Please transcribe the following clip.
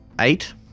Eight